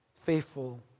faithful